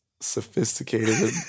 sophisticated